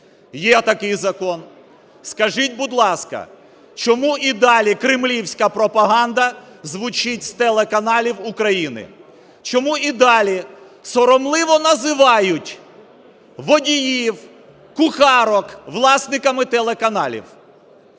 Є такий закон. Скажіть, будь ласка, чому і далі кремлівська пропаганда звучить з телеканалів України. Чому і далі соромливо називають водіїв, кухарок, власниками телеканалів.